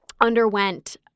underwent